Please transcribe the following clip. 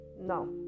no